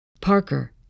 Parker